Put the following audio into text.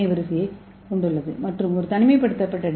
ஏ வரிசையைக் கொண்டுள்ளது மற்றும் ஒரு தனிமைப்படுத்தப்பட்ட டி